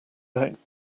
out